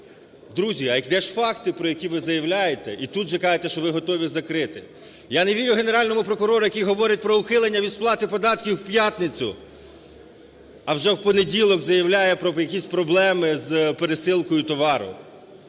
Друзі, а де ж факти, про які ви заявляєте і тут же кажете, що ви готові закрити? Я не вірю Генеральному прокурору, який говорить про ухилення від сплати податків в п'ятницю, а вже понеділок заявляє про якісь проблеми з пересилкою товару.